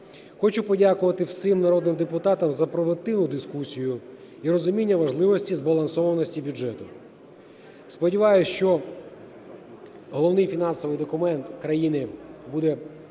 Хочу подякувати всім народним депутатам за продуктивну дискусію і розуміння важливості збалансованості бюджету. Сподіваюсь, що головний фінансовий документ країни буде підтримано